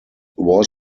was